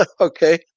Okay